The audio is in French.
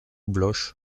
bloche